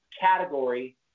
category